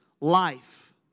life